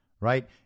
right